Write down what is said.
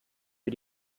für